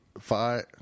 five